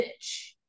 bitch